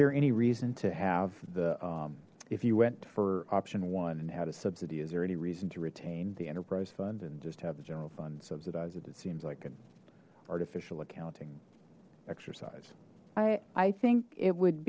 there any reason to have the if you went for option one and had a subsidy is there any reason to retain the enterprise fund and just have the general fund subsidize it it seems like an artificial accounting exercise i i think it would